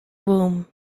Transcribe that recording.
room